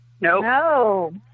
No